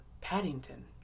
Paddington